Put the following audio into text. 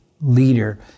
leader